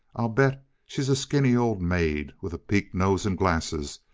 i'll bet she's a skinny old maid with a peaked nose and glasses,